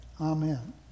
Amen